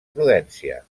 prudència